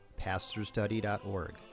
pastorstudy.org